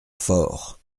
fort